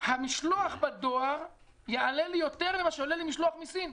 המשלוח בדואר יעלה לי יותר משעולה לי משלוח מסין,